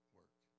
work